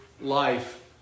life